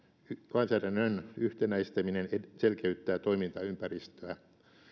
lainsäädännön yhtenäistäminen selkeyttää toimintaympäristöä